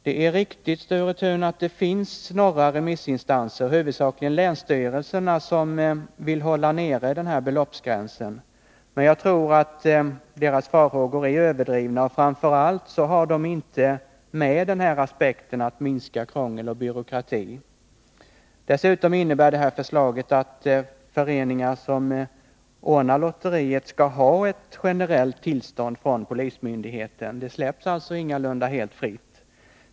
Det är riktigt, Sture Thun, att det finns några remissinstanser, huvudsakligen länsstyrelserna, som vill hålla nere beloppsgränsen. Men jag tror att deras farhågor i detta avseende är överdrivna. Framför allt har de inte med aspekten att minska krångel och byråkrati. Dessutom innebär förslaget att föreningar som anordnar lotterier skall ha ett generellt tillstånd från polismyndigheten — det råder alltså ingalunda full frihet på det här området.